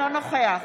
אינו נוכח